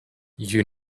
you